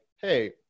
Hey